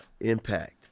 impact